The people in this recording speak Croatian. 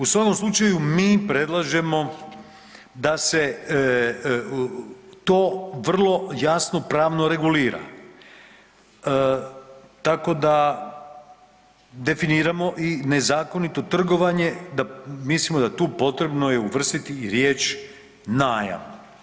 U svakom slučaju mi predlažemo da se to vrlo jasno pravno regulira, tako da definiramo i nezakonito trgovanje da, mislimo da tu potrebno je uvrstiti i riječ „najam“